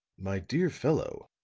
my dear fellow,